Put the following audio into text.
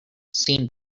seen